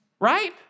right